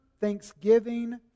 thanksgiving